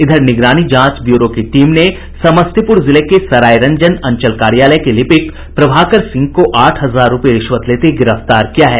इधर निगरानी जांच ब्यूरो की टीम ने समस्तीपुर जिले के सरायरंजन अंचल कार्यालय के लिपिक प्रभाकर सिंह को आठ हजार रूपये रिश्वत लेते गिरफ्तार किया है